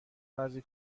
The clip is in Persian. بعضی